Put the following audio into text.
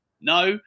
no